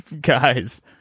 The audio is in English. guys